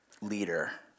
leader